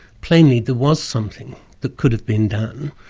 plainly there was something that could have been done.